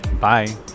Bye